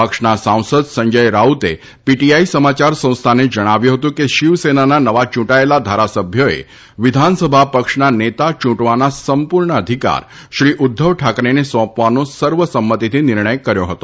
પક્ષના સાંસદ સંજય રાઉતે પીટીઆઇ સમાયાર સંસ્થાને જણાવ્યું હતું કે શીવસેનાના નવા ચૂંટાયેલા ધારાસભ્યોએ વિધાનસભા પક્ષના નેતા યૂંટવાના સંપૂર્ણ અધિકાર શ્રી ઉદ્ધવ ઠાકરેને સોંપવાનો સર્વસંમતિથી નિર્ણય કર્યો હતો